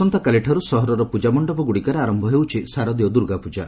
ଆସନ୍ତା କାଲିଠାରୁ ସହରର ପୂଜା ମଣ୍ଡପଗୁଡ଼ିକରେ ଆରୟ ହେଉଛି ଶାରଦୀୟ ଦୂର୍ଗାପ୍ପଜା